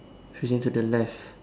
facing to the left